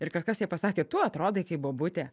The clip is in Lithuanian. ir kažkas jai pasakė tu atrodai kaip bobutė